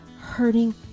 hurting